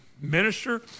minister